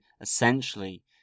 essentially